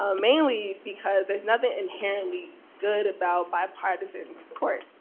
ah mainly because there's nothing inherently good about bipartisan support.